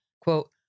quote